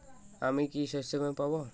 আমি কি শষ্যবীমা পাব?